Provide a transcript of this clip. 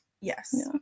yes